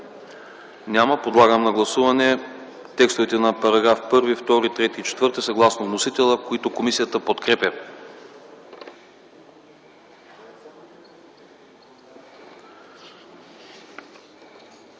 Няма. Подлагам на гласуване текстовете на параграфи 1, 2, 3 и 4 съгласно вносителя, които комисията подкрепя.